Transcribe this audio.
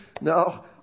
No